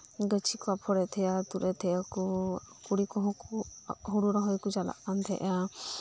ᱜᱟᱹᱪᱷᱤᱠᱚ ᱟᱯᱷᱚᱨᱮᱫ ᱛᱟᱦᱮᱸᱫᱼᱟ ᱛᱩᱫᱮᱫ ᱛᱟᱦᱮᱸᱜ ᱟᱠᱚ ᱠᱩᱲᱤ ᱠᱚᱦᱚᱸ ᱠᱩ ᱦᱩᱲᱩ ᱨᱚᱦᱚᱭ ᱠᱚ ᱪᱟᱞᱟᱜ ᱠᱟᱱᱛᱟᱦᱮᱸᱫᱼᱟ